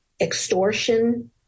extortion